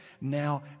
now